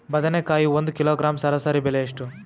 ಬದನೆಕಾಯಿ ಒಂದು ಕಿಲೋಗ್ರಾಂ ಸರಾಸರಿ ಬೆಲೆ ಎಷ್ಟು?